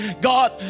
God